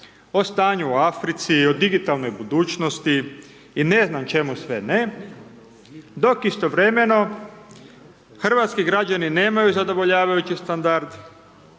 o stanju u Africi, o digitalnoj budućnosti i ne znam čemu sve ne, dok istovremeno hrvatski građani nemaju zadovoljavajući standard,